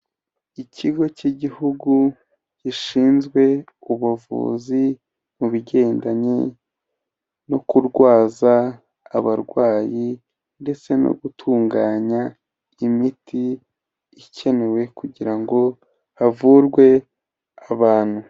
Ikigo cy'igihugu gishinzwe ubuvuzi mu bigendanye no kurwaza abarwayi ndetse no gutunganya imiti ikenewe kugira ngo havurwe abantu.